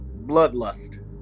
bloodlust